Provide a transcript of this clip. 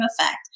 effect